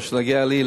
מה שנוגע לי,